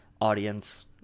audience